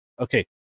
Okay